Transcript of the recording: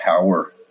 power